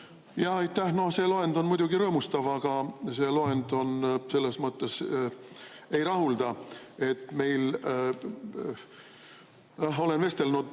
see loend on muidugi rõõmustav, aga see loend selles mõttes ei rahulda. Ma olen vestelnud